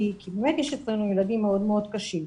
כי באמת יש אצלנו ילדים מאוד קשים.